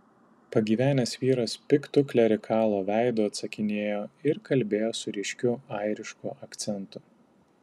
pagyvenęs vyras piktu klerikalo veidu atsakinėjo ir kalbėjo su ryškiu airišku akcentu